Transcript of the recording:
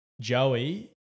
Joey